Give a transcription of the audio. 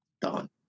done